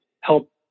help